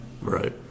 Right